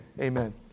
amen